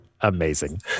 Amazing